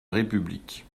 république